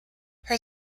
her